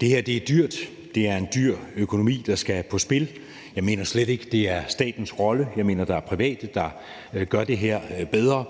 Det her er dyrt. Det er en dyr økonomi, der skal på spil. Jeg mener slet ikke, det er statens rolle. Jeg mener, der er private, der gør det her bedre.